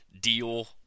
deal